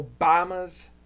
Obama's